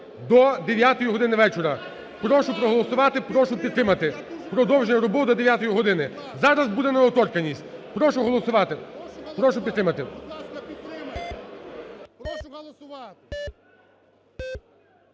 до 9-ї години вечора. Прошу проголосувати, прошу підтримати продовження роботи до 9-ї години. Зараз буде недоторканність. Прошу голосувати. Прошу підтримати.